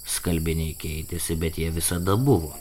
skalbiniai keitėsi bet jie visada buvo